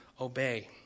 obey